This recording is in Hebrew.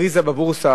הכריזה בבורסה